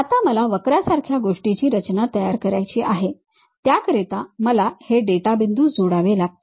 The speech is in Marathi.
आता मला वक्रा सारख्या गोष्टीची रचना करायची आहे त्याकरिता मला हे डेटा बिंदू जोडावे लागतील